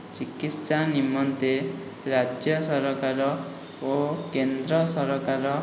ଚିକିତ୍ସା ନିମନ୍ତେ ରାଜ୍ୟ ସରକାର ଓ କେନ୍ଦ୍ର ସରକାର